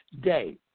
day